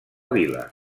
vila